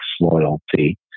loyalty